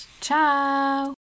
Ciao